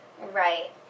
Right